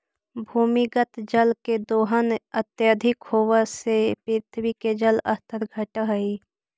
भूमिगत जल के दोहन अत्यधिक होवऽ से पृथ्वी के जल स्तर घटऽ हई